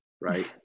right